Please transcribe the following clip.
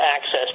access